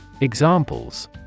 Examples